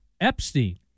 Epstein